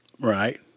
Right